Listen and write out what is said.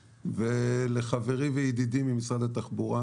לחברי וידידי ממשרד התחבורה